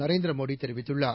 நரேந்திர மோடி தெரிவித்துள்ளார்